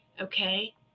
Okay